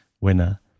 winner